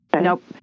Nope